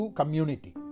community